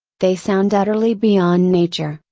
they sound utterly beyond nature,